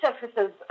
services